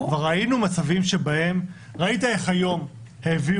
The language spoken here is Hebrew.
כבר ראינו מצבים שבהם, ראית איך היום העבירו